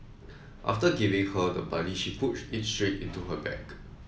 after giving her the money she put it straight into her bag